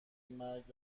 مرگ